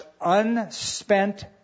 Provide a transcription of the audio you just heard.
unspent